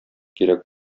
кирәк